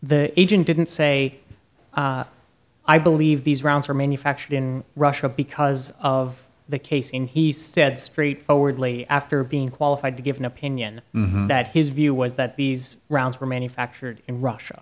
the agent didn't say i believe these rounds are manufactured in russia because of the case in he said straightforwardly after being qualified to give an opinion that his view was that these rounds were manufactured in russia